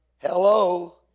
Hello